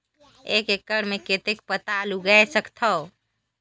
एक एकड़ मे कतेक पताल उगाय सकथव?